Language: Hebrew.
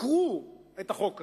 עיקרו את החוק הזה,